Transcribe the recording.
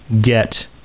get